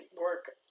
work